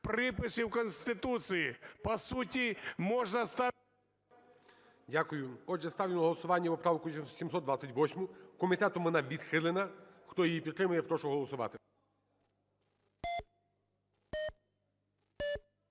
приписів Конституції, по суті, можна... ГОЛОВУЮЧИЙ. Дякую. Отже, ставлю на голосування поправку 728. Комітетом вона відхилена. Хто її підтримує, прошу голосувати.